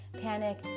panic